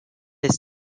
his